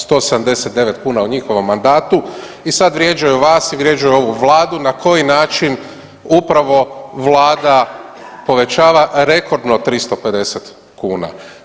179 kuna u njihovom mandatu i sad vrijeđaju vas i vrijeđaju ovu vladu na koji način upravo vlada povećava rekordno 350 kuna.